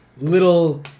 little